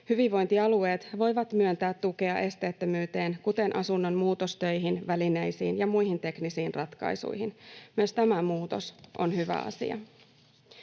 Hyvinvointialueet voivat myöntää tukea esteettömyyteen, kuten asunnon muutostöihin, välineisiin ja muihin teknisiin ratkaisuihin. Myös tämä muutos on hyvä asia.